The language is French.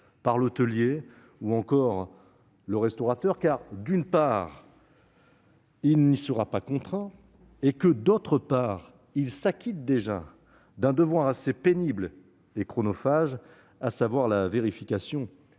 l'hôtelier ou le restaurateur, car, d'une part, il n'y sera pas contraint et, d'autre part, il s'acquitte déjà d'un devoir assez pénible et chronophage, à savoir la vérification